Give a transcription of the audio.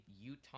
utah